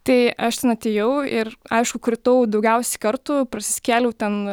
tai aš ten atėjau ir aišku kritau daugiausiai kartų prasiskėliau ten